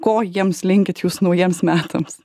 ko jiems linkit jūs naujiems metams